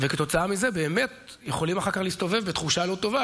וכתוצאה מזה באמת יכולים אחר כך להסתובב בתחושה לא טובה,